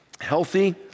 healthy